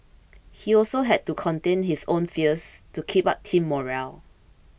he also had to contain his own fears to keep up team morale